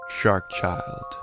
sharkchild